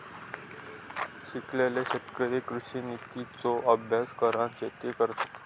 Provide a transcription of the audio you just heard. शिकलेले शेतकरी कृषि नितींचो अभ्यास करान शेती करतत